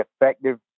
effective